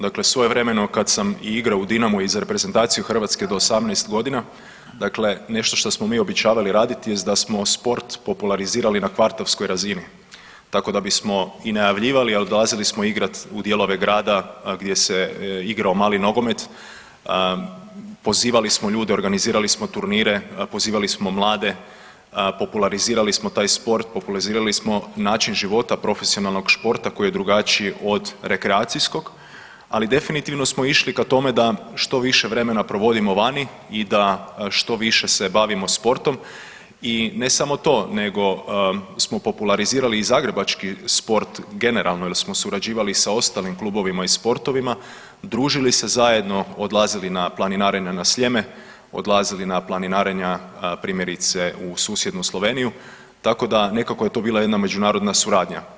Dakle svojevremeno kad sam i igrao u Dinamo i za reprezentaciju Hrvatske do 18.g., dakle nešto što smo mi obećavali raditi jest da smo sport popularizirali na kvartovskoj razini tako da bismo i najavljivali, al dolazili smo igrat u dijelove grada gdje se igrao mali nogomet, pozivali smo ljude, organizirali smo turnire, pozivali smo mlade, popularizirali smo taj sport, popularizirali smo način života profesionalnog športa koji je drugačiji od rekreacijskog, ali definitivno smo išli ka tome da što više vremena provodimo vani i da što više se bavimo sportom i ne samo to nego smo popularizirali i zagrebački sport generalno jel smo surađivali i sa ostalim klubovima i sportovima, družili se zajedno, odlazili na planinarenja na Sljeme, odlazili na planinarenja primjerice u susjednu Sloveniju, tako da nekako je to bila jedna međunarodna suradnja.